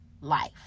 life